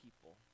people